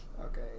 Okay